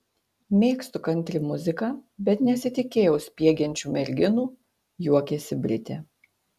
mėgstu kantri muziką bet nesitikėjau spiegiančių merginų juokiasi britė